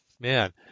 man